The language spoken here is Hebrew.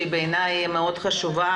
שהיא בעיני מאוד חשובה,